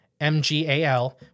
MGAL